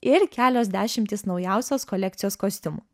ir kelios dešimtys naujausios kolekcijos kostiumų